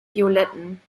violetten